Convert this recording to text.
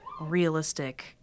realistic